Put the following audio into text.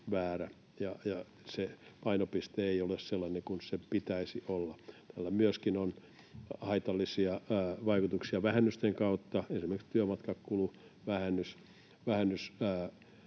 painopiste ei ole sellainen kuin sen pitäisi olla. Tällä on haitallisia vaikutuksia myöskin vähennysten kautta, esimerkiksi työmatkakuluvähennys